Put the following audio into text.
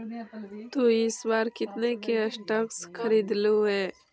तु इस बार कितने के स्टॉक्स खरीदलु हे